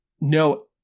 no